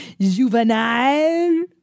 juvenile